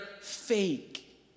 fake